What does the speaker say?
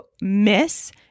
miss